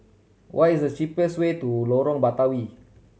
what is the cheapest way to Lorong Batawi